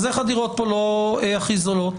אז איך הדירות פה לא הכי זולות